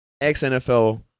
ex-NFL